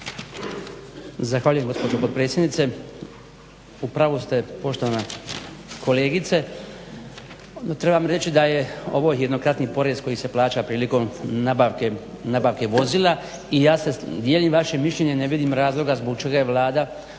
Zahvaljujem gospođo potpredsjednice.